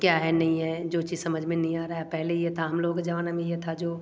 क्या है नी है जो चीज़ समझ में नी आ रहा है पहले यह था हम लोग के जवाना में यह था जो